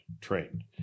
trained